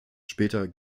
später